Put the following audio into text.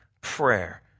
prayer